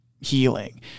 healing